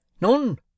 None